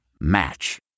Match